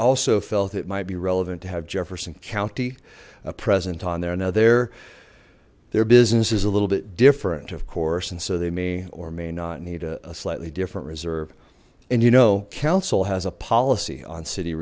also felt it might be relevant to have jefferson county a present on there now their their business is a little bit different of course and so they may or may not need a slightly different reserve and you know council has a policy on city